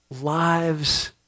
lives